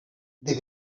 they